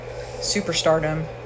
superstardom